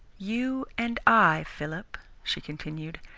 you and i, philip, she continued,